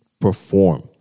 perform